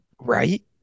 Right